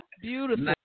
Beautiful